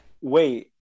wait